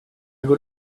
good